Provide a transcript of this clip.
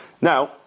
Now